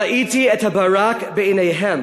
ראיתי את הברק בעיניהם